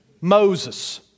Moses